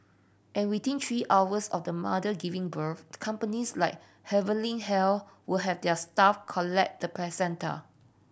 and within three hours of the mother giving birth companies like Heavenly Health will have their staff collect the placenta